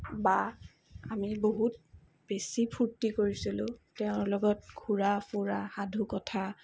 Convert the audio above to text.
বা আমি বহুত বেছি ফুৰ্তি কৰিছিলোঁ তেওঁৰ লগত ঘূৰা ফুৰা সাধুকথা